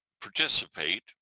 participate